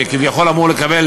שכביכול אמור לקבל